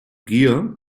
gier